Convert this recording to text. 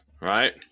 right